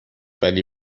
ولی